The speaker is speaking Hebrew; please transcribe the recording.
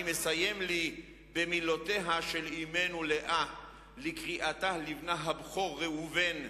אני אסיים במילותיה של אמנו לאה בקריאתה לבנה הבכור ראובן: